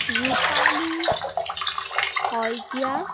Rupali Saikia